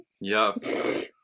Yes